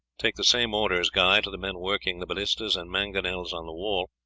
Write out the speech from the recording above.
take the same orders, guy, to the men working the ballistas and mangonels on the wall.